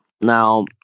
Now